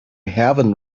haven’t